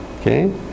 okay